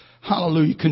hallelujah